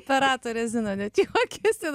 operatorė zina net juokiasi